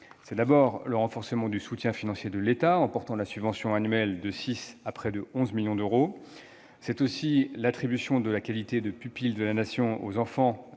C'est d'abord le renforcement du soutien financier de l'État, en portant la subvention annuelle de 6 millions d'euros à près de 11 millions d'euros. C'est aussi l'attribution de la qualité de pupille de la Nation aux enfants